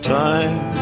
time